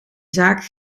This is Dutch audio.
zaak